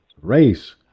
race